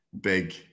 Big